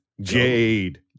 Jade